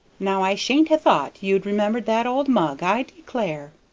now i shouldn't ha' thought you'd remembered that old mug, i declare.